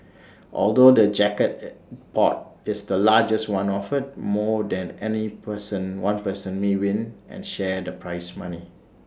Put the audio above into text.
although the jackpot is the largest one offered more than any person one person may win and share the prize money